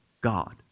God